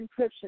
encryption